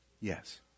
Yes